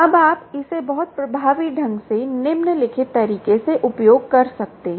अब आप इसे बहुत प्रभावी ढंग से निम्नलिखित तरीके से उपयोग कर सकते हैं